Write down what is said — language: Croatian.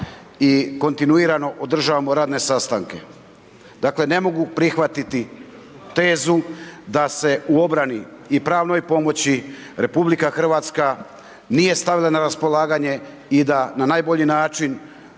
i kontinuirano održavamo radne sastanke. Dakle, ne mogu prihvatiti tezu da se u obrani i pravnoj pomoći RH nije stavila na raspolaganje i da na najbolji način